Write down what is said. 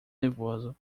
nervoso